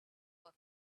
for